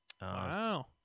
Wow